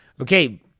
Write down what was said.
Okay